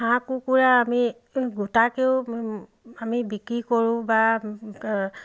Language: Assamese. হাঁহ কুকুৰা আমি গোটাকৈও আমি বিক্ৰী কৰোঁ বা